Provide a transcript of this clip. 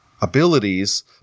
abilities